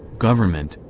government,